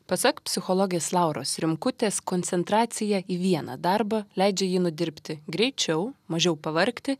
pasak psichologės lauros rimkutės koncentracija į vieną darbą leidžia jį nudirbti greičiau mažiau pavargti